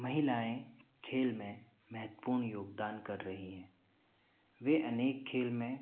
महिलाएँ खेल में महत्वपूर्ण योगदान कर रही हैं वे अनेक खेल में